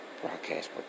broadcast